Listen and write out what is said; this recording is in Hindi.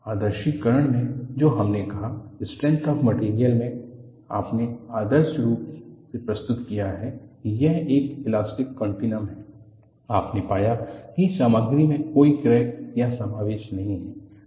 आदर्शीकरण में जो हमने कहा स्ट्रेंथ ऑफ मटेरियल में आपने आदर्श रूप से प्रस्तुत किया है कि यह एक इलास्टिक कॉनटिनम है आपने पाया कि सामग्री में कोई क्रैक या समावेश नहीं हैं